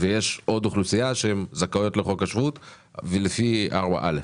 ויש עוד אוכלוסייה שהיא זכאית לחוק השבות לפי 4(א).